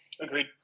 Agreed